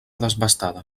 desbastada